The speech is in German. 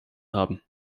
haben